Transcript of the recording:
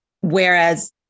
Whereas